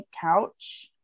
couch